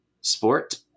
sport